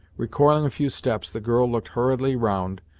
recoiling a few steps, the girl looked hurriedly round,